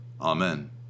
amen